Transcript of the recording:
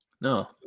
no